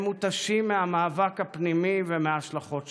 הם מותשים מהמאבק הפנימי ומההשלכות שלו.